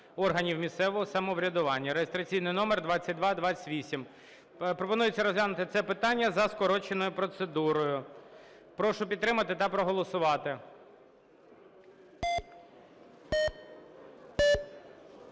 органів місцевого самоврядування (реєстраційний номер 2228). Пропонується розглянути це питання за скороченою процедурою. Прошу підтримати та проголосувати.